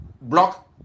block